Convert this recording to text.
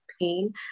pain